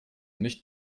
nicht